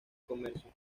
comercio